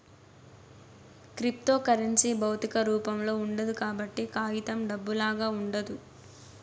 cryptocurrency భౌతిక రూపంలో ఉండదు కాబట్టి కాగితం డబ్బులాగా ఉండదు